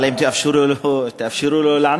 אבל האם תאפשרו לו לענות,